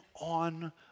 on